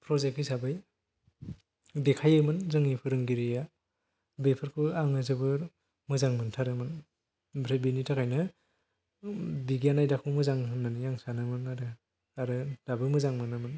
project हिसाबै दिन्थियोमोन जोंनि फोरोंगिरिया बेफोरखौ आङो जोबोर मोजां मोनथारोमोन ओमफ्राय बिनि थाखायनो बिगियान आयदाखौ मोजां होननानै आं सानोमोन आरो आरो दाबो मोजां मोनोमोन